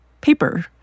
paper